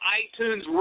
iTunes